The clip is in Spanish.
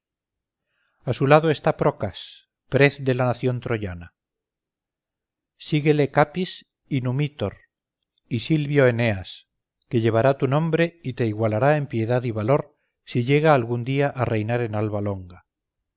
a su lado está procas prez de la nación troyana síguele capis y numitor y silvio eneas que llevará tu nombre y te igualará en piedad y valor si llega algún día a reinar en alba